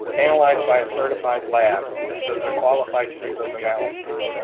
analyzed by a certified lab that says they're qualified to do those analysis,